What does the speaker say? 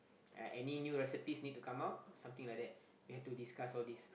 uh any new recipes need to come out something like that we have to discuss all this